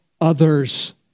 others